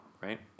right